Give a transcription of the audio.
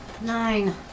Nine